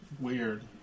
Weird